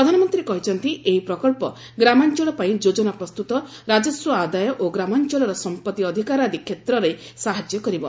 ପ୍ରଧାନମନ୍ତ୍ରୀ କହିଛନ୍ତି ଏହି ପ୍ରକଳ୍ପ ଗ୍ରାମାଞ୍ଚଳପାଇଁ ଯୋଜନା ପ୍ରସ୍ତତ ରାଜସ୍ୱ ଆଦାୟ ଓ ଗ୍ରାମାଞ୍ଚଳର ସମ୍ପତ୍ତି ଅଧିକାର ଆଦି କ୍ଷେତ୍ରରେ ସାହାଯ୍ୟ କରିବ